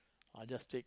I just take